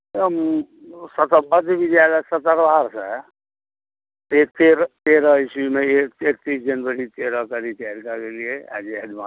ओ सबटा मध्य विद्यालय सतरबारसँ तेरह तेरह ईस्वीमे एकतीस जनवरी तेरहके रीटायर कऽ गेलियै आ जे हेड मास्टर